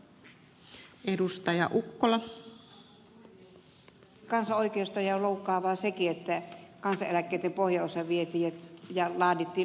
kyllä kansan oikeustajua loukkaa vaan sekin että kansaneläkkeitten pohjaosa vietiin ja laadittiin leikattu indeksi